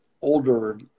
older